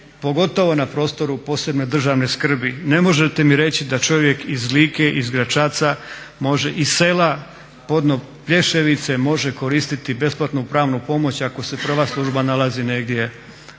pogotovo na prostoru posebne državne skrbi. Ne možete mi reći da čovjek iz Like, iz Gračaca, iz sela podno Plješevice može koristiti besplatnu pravnu pomoć ako se prva služba nalazi negdje